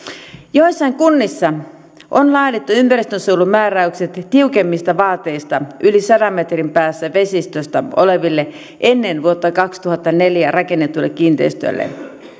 joissain kunnissa on laadittu ympäristönsuojelumääräykset tiukemmista vaateista yli sadan metrin päässä vesistöstä oleville ennen vuotta kaksituhattaneljä rakennetuille kiinteistöille